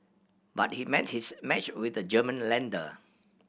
but he met his match with the German lender